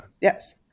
yes